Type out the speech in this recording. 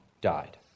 died